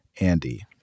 Andy